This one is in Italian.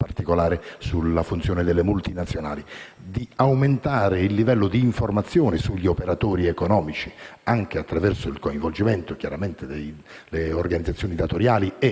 particolare sulla funzione delle multinazionali, di aumentare il livello di informazione sugli operatori economici, anche attraverso il coinvolgimento delle organizzazioni datoriali e